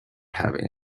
having